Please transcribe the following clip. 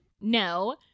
No